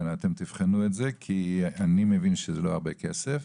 כן, אתם תבחנו את זה כי אני מבין שזה לא הרבה כסף.